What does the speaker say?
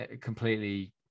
completely